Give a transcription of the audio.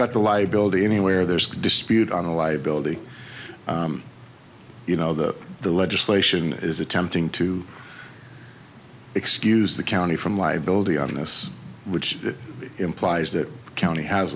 got the liability anywhere there's a dispute on the liability you know that the legislation is attempting to excuse the county from liability on this which implies that county has